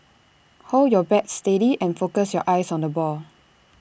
hold your bat steady and focus your eyes on the ball